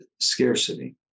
scarcity